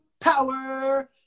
power